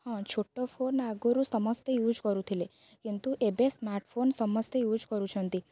ହଁ ଛୋଟ ଫୋନ୍ ଆଗରୁ ସମସ୍ତେ ୟୁଜ୍ କରୁଥିଲେ କିନ୍ତୁ ଏବେ ସ୍ମାର୍ଟ୍ ଫୋନ୍ ସମସ୍ତେ ୟୁଜ୍ କରୁଛନ୍ତି